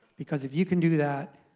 because if you can do that,